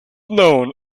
known